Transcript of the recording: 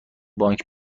بانک